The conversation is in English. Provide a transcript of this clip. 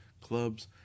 clubs